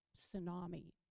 tsunami